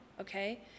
okay